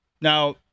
Now